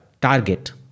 target